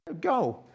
Go